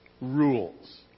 rules